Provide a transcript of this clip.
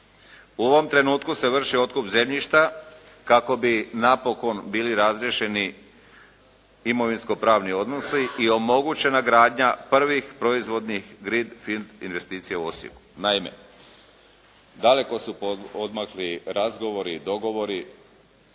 U ovom trenutku se vrši otkup zemljišta kako bi napokon bili razriješeni imovinsko-pravni odnosi i omogućena gradnja prvih proizvodnih green field investicija u Osijeku. Naime, daleko su poodmakli razgovori i dogovori,